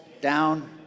down